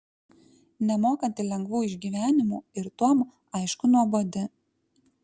nemokanti lengvų išgyvenimų ir tuom aišku nuobodi